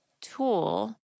tool